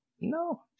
no